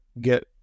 Get